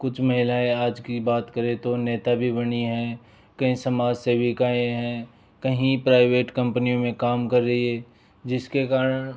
कुछ महिलाएं आज की बात करें तो नेता भी बनी हैं कहीं समाज सेविकाएं हैं कहीं प्राइवेट कंपनी में काम कर रही हैं जिसके कारण